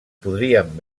podríem